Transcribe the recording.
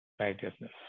righteousness